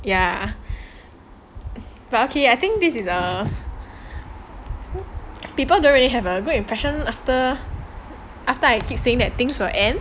ya but okay I think this is a people don't really have a good impression after I keep saying that things will end